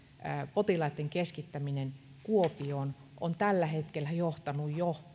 potilaitten keskittäminen kuopioon on tällä hetkellä johtanut jo